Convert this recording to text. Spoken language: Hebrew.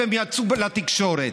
והם יצאו לתקשורת.